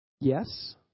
Yes